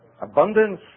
abundance